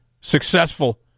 successful